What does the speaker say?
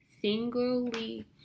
singly